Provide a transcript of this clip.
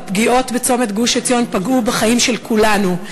הפגיעות בצומת גוש-עציון פגעו בחיים של כולנו.